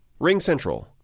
RingCentral